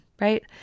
right